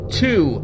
two